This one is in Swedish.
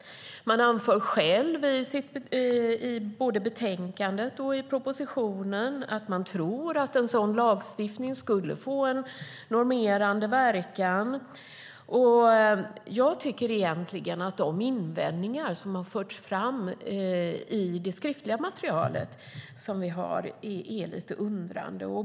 Man anför själv i både betänkandet och propositionen att man tror att en sådan lagstiftning skulle få en normerande verkan. Jag undrar lite över de invändningar som har förts fram i det skriftliga material vi har.